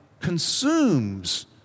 consumes